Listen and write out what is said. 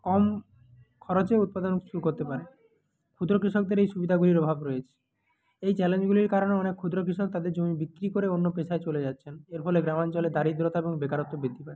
কম খরচে উৎপাদন শুরু করতে পারে ক্ষুদ্র কৃষকদের এই সুবিদাগুলির অভাব রয়েছে এই চ্যালেঞ্জগুলির কারণে অনেক ক্ষুদ্র কৃষক তাদের জমি বিক্রি করে অন্য পেশায় চলে যাচ্ছেন এর ফলে গ্রামাঞ্চলে দারিদ্রতা এবং বেকারত্ব বৃদ্ধি পাচ্ছে